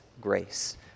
grace